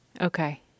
Okay